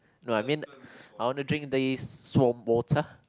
no I mean I want to drink this swamp water